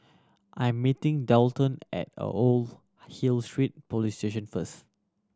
I am meeting Daulton at Old Hill Street Police Station first